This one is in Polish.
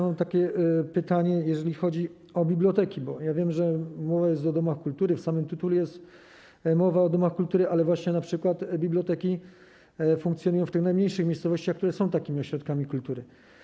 Mam pytanie, jeżeli chodzi o biblioteki, bo ja wiem, że mówimy o domach kultury, w samym tytule jest mowa o domach kultury, ale właśnie np. biblioteki funkcjonują w tych najmniejszych miejscowościach i są tam ośrodkami kultury.